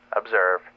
observe